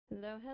Hello